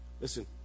Listen